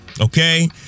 okay